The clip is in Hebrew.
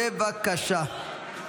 בבקשה.